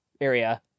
area